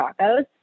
tacos